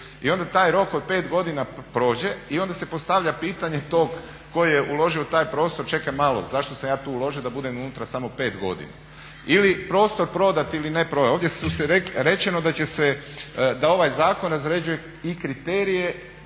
I onda taj rok od pet godina prođe i onda se postavlja pitanje tko je uložio u taj prostor. Čekaj malo zašto sam ja tu uložio da budem unutra samo pet godina ili prostor prodati ili ne prodati. Ovdje je rečeno da ovaj zakon razrjeđuje i kriterije